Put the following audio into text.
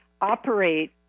operate